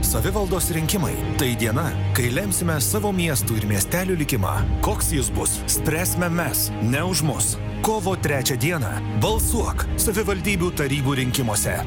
savivaldos rinkimai tai diena kai lemsime savo miestų ir miestelių likimą koks jis bus spręsime mes ne už mus kovo trečią dieną balsuok savivaldybių tarybų rinkimuose